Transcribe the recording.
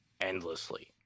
endlessly